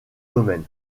domaine